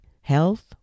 health